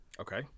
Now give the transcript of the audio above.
okay